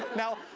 now,